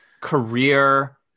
career